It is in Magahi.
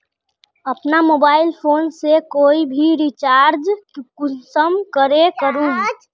अपना मोबाईल फोन से कोई भी रिचार्ज कुंसम करे करूम?